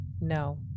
No